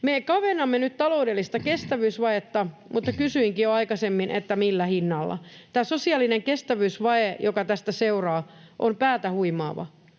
Me kavennamme nyt taloudellista kestävyysvajetta, mutta kysyinkin jo aikaisemmin, että millä hinnalla. Tämä sosiaalinen kestävyysvaje, joka tästä seuraa, on päätä huimaava,